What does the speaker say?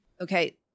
Okay